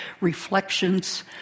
Reflections